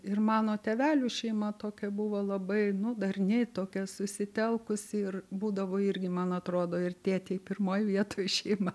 ir mano tėvelių šeima tokia buvo labai nu darni tokia susitelkusi ir būdavo irgi man atrodo ir tėtei pirmoj vietoj širma